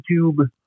YouTube